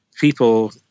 people